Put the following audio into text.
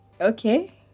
Okay